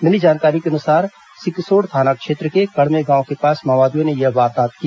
मिली जानकारी के अनुसार सिकसोड़ थाना क्षेत्र के कड़मे गांव के पास माओवादियों ने यह वारदात की